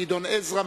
גדעון עזרא,